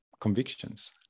convictions